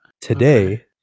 today